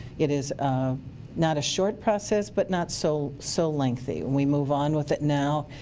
it is ah not a short process, but not so so lengthy and we move on with it now.